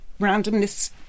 randomness